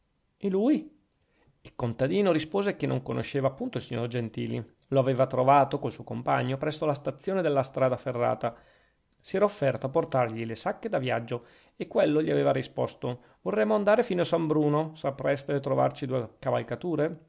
e lui il contadino rispose che non conosceva punto il signor gentili lo aveva trovato col suo compagno presso la stazione della strada ferrata si era offerto a portargli le sacche da viaggio e quello gli aveva risposto vorremmo andare fino a san bruno sapreste trovarci due cavalcature